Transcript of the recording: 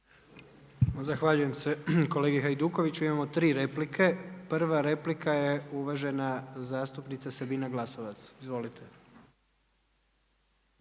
Zahvaljujem se kolegi Hajdukoviću. Imamo tri replike. Prva replika je uvažena zastupnica Sabina Glasovac. Izvolite.